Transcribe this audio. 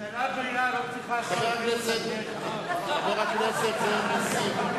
ממשלה בריאה לא צריכה שר בריאות, אדוני היושב-ראש.